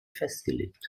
festgelegt